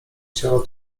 chciała